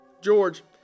George